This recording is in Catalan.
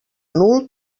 nul